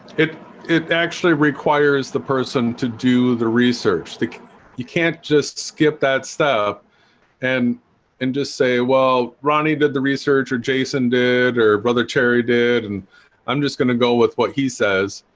it it actually requires the person to do the research the key you can't just skip that stuff and and just say well ronnie did the research or jason did or brother jerry did and i'm just gonna go with what he says